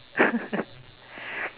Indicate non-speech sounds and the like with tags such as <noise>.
<laughs>